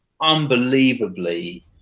unbelievably